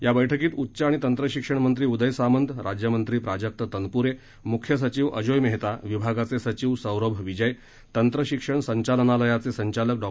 या बर्क्कीत उच्च आणि तंत्रशिक्षण मंत्री उदय सामंत राज्यमंत्री प्राजक्त तनपुरे मुख्य सचिव अजोय मेहता विभागाचे सचिव सौरभ विजय तंत्रशिक्षण संचालनालयाचे संचालक डॉ